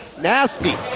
nasty!